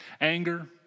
Anger